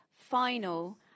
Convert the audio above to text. final